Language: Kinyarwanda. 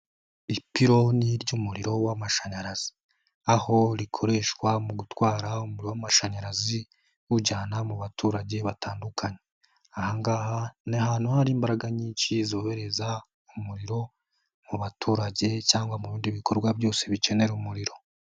Ipironi ry'umuriro w'amashanyarazi, aho rikoreshwa mu gutwara umuriro w'amashanyarazi, uwujyana mu baturage batandukanye, aha ngaha ni ahantu hari imbaraga nyinshi zohereza umuriro mu baturage cyangwa mu bindi bikorwa byose bikenera umuriro.